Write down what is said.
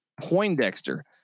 Poindexter